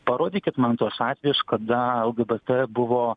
parodykit man tuos atvejus kada lgbt buvo